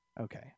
Okay